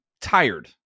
tired